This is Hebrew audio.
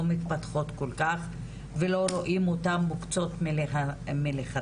מתפתחות כל כך ולא רואים אותם מוקצות מלכתחילה.